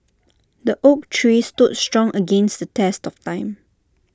the oak tree stood strong against the test of time